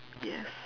yes